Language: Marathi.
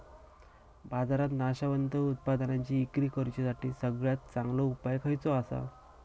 बाजारात नाशवंत उत्पादनांची इक्री करुच्यासाठी सगळ्यात चांगलो उपाय खयचो आसा?